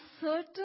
certain